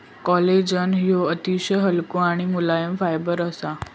collagen ह्यो अतिशय हलको आणि मुलायम फायबर असा